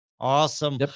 Awesome